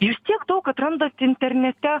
jūs tiek daug atrandat internete